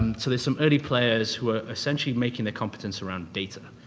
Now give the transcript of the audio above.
so, there's some early players who are essentially making the competence around data.